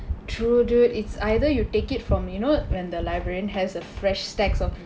true dude it's either you take it from you know when the librarian has a fresh stacks of